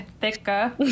thicker